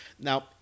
Now